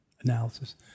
analysis